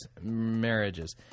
marriages